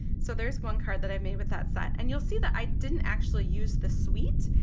so there's one card that i've made with that set and you'll see that i didn't actually use the suite,